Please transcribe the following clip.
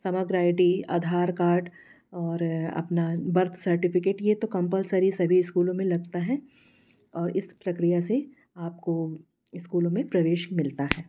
समग्र I D Aadhaar card और अपना बर्थ सर्टिफिकेट ये तो कंपलसरी सभी स्कूलों में लगता है और इस प्रक्रिया से आपको स्कूलों में प्रवेश मिलता है